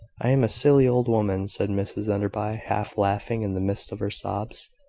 i am a silly old woman, said mrs enderby, half laughing in the midst of her sobs.